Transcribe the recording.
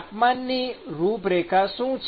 તાપમાનની રૂપરેખા શું છે